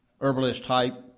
herbalist-type